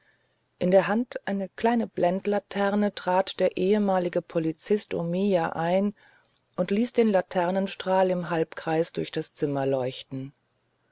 in der hand eine kleine blendlaterne trat der ehemalige polizist omiya ein und ließ den laternenstrahl im halbkreis durch das zimmer leuchten